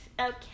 Okay